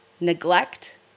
neglect